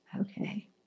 okay